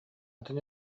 атын